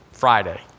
Friday